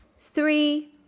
Three